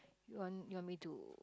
you want you want me to